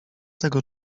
tego